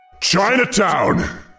Chinatown